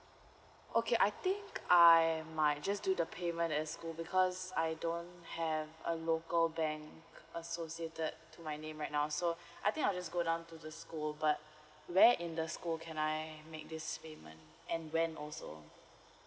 okay I think I might just do the payment at school because I don't have a local bank associated to my name right now so I think I'll just go down to the school but where in the school can I make this payment and when also